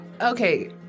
Okay